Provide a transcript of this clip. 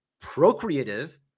procreative